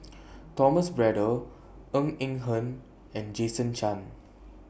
Thomas Braddell Ng Eng Hen and Jason Chan